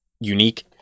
unique